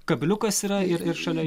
kabliukas yra ir ir šalia